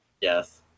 Yes